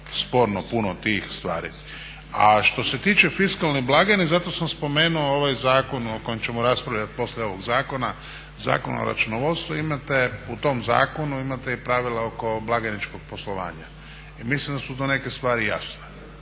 sporno puno tih stvari. A što se tiče fiskalne blagajne, zato sam spomenuo ovaj Zakon o kojem ćemo raspravljati poslije ovog zakona Zakon o računovodstvu, imate u tom zakonu, imate i pravila oko blagajničkog poslovanja. I mislim da su to neke stvari jasne.